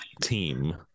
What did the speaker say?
team